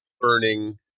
burning